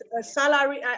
Salary